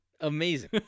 Amazing